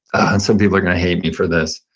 and some people are going to hate me for this,